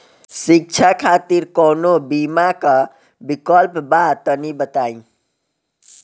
शिक्षा खातिर कौनो बीमा क विक्लप बा तनि बताई?